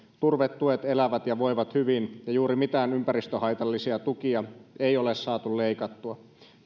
turvetuet elävät ja voivat hyvin ja juuri mitään ympäristöhaitallisia tukia ei ole saatu leikattua